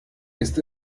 ist